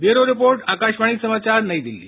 bureau report Akashvani समाचार नई दिल्ली